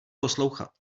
poslouchat